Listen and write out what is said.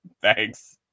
Thanks